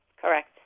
Correct